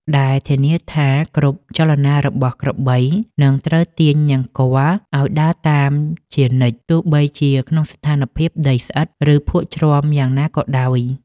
ដែលធានាថាគ្រប់ចលនារបស់ក្របីនឹងត្រូវទាញនង្គ័លឱ្យដើរតាមជានិច្ច ទោះបីជាក្នុងស្ថានភាពដីស្អិត ឬភក់ជ្រៅយ៉ាងណាក៏ដោយ។